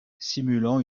simulant